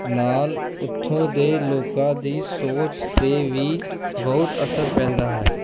ਨਾਲ ਉੱਥੋਂ ਦੇ ਲੋਕਾਂ ਦੀ ਸੋਚ 'ਤੇ ਵੀ ਬਹੁਤ ਅਸਰ ਪੈਂਦਾ ਹੈ